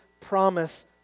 promise